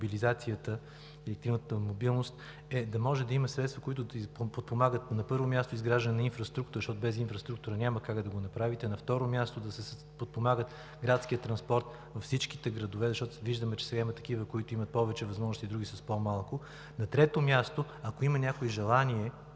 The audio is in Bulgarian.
електромобилизацията, енергийната мобилност, е да може да има средства, които да я подпомагат и, на първо място, е изграждане на инфраструктура, защото без нея няма как да го направите; на второ място, да се подпомага градският транспорт във всичките градове, защото виждаме, че сега има такива, които имат повече възможности, а други са с по-малко; на трето място, ако има някой желание,